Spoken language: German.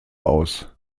aus